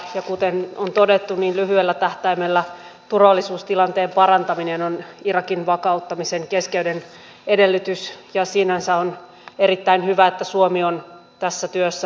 ja kuten on todettu lyhyellä tähtäimellä turvallisuustilanteen parantaminen on irakin vakauttamisen keskeinen edellytys ja sinänsä on erittäin hyvä että suomi on tässä työssä mukana